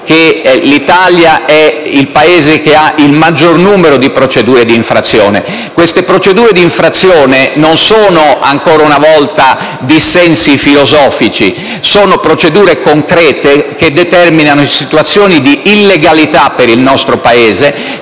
che l'Italia è il Paese che ha il maggior numero di procedure di infrazione. Non si tratta - lo ricordo ancora una volta - di dissensi filosofici: sono procedure concrete che determinano situazioni di illegalità per il nostro Paese